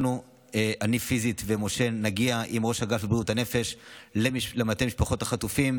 אני ומשה נגיע פיזית עם ראש אגף בריאות הנפש למטה משפחות החטופים,